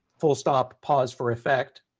full stop, pause for effect,